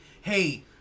hey